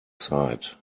side